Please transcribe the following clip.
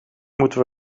moeten